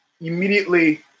immediately